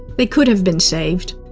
they could have been saved.